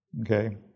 Okay